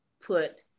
put